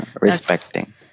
respecting